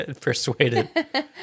persuaded